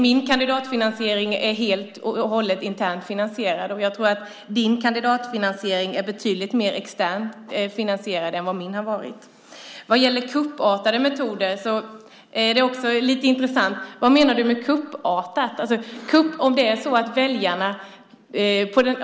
Min kandidatur är helt och hållet internt finansierad. Jag skulle tro att din är betydligt mer externt finansierad än vad min har varit. "Kuppartade metoder" är också lite intressant. Vad menar du med kuppartat?